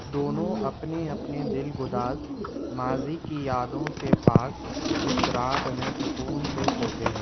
دونوں اپنے اپنے دل گداز ماضی کی یادوں سے پاک اس رات میں سکون سے سوتے ہیں